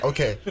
Okay